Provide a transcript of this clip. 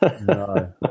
No